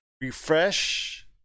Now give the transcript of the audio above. refresh